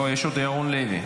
לא, יש עוד, ירון לוי.